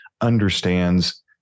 understands